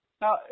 Now